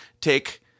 take –